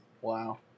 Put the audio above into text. Wow